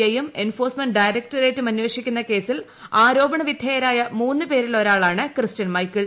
I യും enforcement arrest ഡയറക്ടറേറ്റും അന്വേഷിക്കുന്ന കേസിൽ ആരോപണവിധേയരായ മൂന്നു പേരിലൊരാളാണ് ക്രിസ്ത്യൻ മൈക്കിൾ